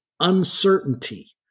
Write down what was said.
uncertainty